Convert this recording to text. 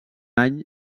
any